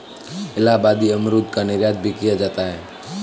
इलाहाबादी अमरूद का निर्यात भी किया जाता है